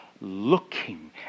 looking